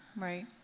Right